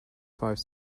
five